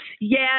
yes